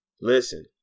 listen